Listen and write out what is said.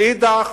מאידך,